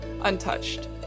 untouched